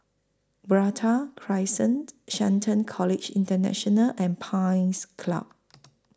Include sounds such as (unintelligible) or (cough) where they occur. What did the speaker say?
(unintelligible) Crescent Shelton College International and Pines Club